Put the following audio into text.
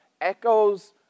echoes